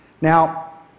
Now